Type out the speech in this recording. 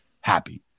happy